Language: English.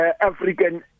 African